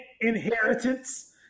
Inheritance